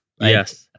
Yes